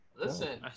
Listen